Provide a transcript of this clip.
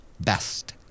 best